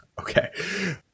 okay